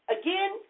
again